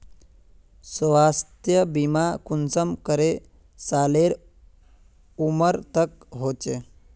स्वास्थ्य बीमा कुंसम करे सालेर उमर तक होचए?